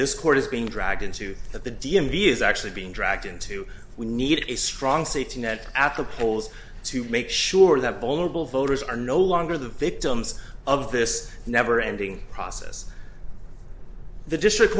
this court is being dragged into that the d m v is actually being dragged into we need a strong safety net at the polls to make sure that vulnerable voters are no longer the victims of this never ending process the district